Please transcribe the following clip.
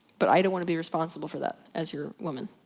but i don't wanna be responsible for that as your woman.